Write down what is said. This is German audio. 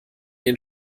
den